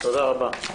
תודה רבה.